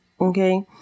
Okay